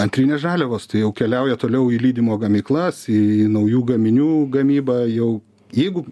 antrinės žaliavos tai jau keliauja toliau į lydymo gamyklas į naujų gaminių gamybą jau jeigu